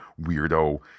weirdo